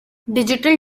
digital